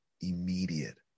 immediate